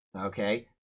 Okay